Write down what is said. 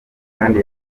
kandi